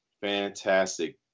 fantastic